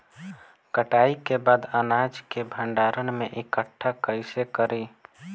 कटाई के बाद अनाज के भंडारण में इकठ्ठा कइसे करी?